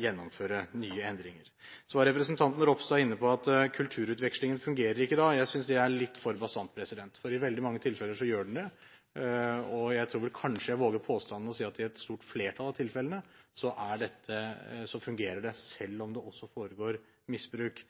gjennomføre nye endringer. Så var representanten Ropstad inne på at kulturutvekslingen ikke fungerer i dag. Jeg synes det er litt for bastant. I veldig mange tilfeller gjør den det, og jeg tror vel kanskje jeg våger påstanden med å si at i et stort flertall av tilfellene fungerer det, selv om det også foregår misbruk.